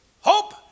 hope